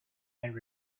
and